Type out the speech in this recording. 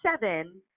seven